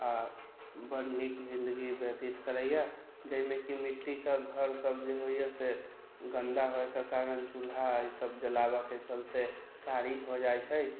आओर बड़ नीक जिन्दगी व्यतीत करैए जाहिमे की मिट्टीके घर सब जे होइए से गन्दा होइके कारण चूल्हा सब जलाबऽके चलते कारी भऽ जाइ छै